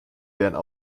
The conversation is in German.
werden